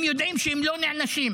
הם יודעים שהם לא נענשים.